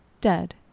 dead